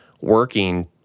working